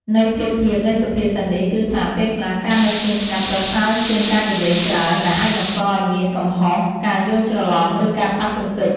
ន័យប្រៀបធៀបនៃសុភាសិតនេះគឺថា ពេលខ្លះ ការនៅស្ងៀមស្ងាត់ប្រសើរជាងការនិយាយច្រើន ដែលអាចបង្កឱ្យមានកំហុស ការយល់ច្រឡំ ឬការប៉ះទង្គិច។